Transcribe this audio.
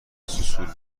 سوسول